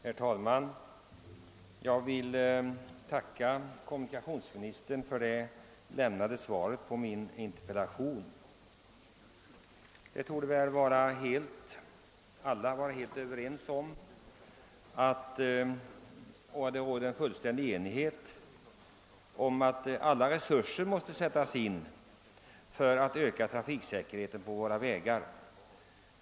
Herr talman! Jag vill tacka kommunikationsministern för det svar jag fått på min interpellation. Det torde råda full enighet om att alla resurser måste sättas in för att öka trafiksäkerheten på våra vägar.